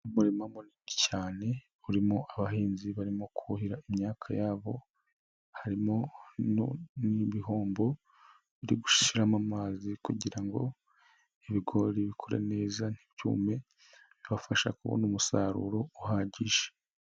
Umurimo munini cyane urimo abahinzi barimo kuhira imyaka yabo harimo n'ibihombo biri gushiramo amazi kugira ngo ibigori bikure neza ntibyume, bibafasha kubona umusaruro uhagije.